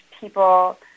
people